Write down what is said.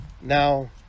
Now